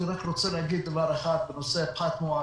אני רק רוצה להגיד דבר אחד בנושא הפחת המואץ.